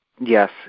Yes